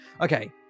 okay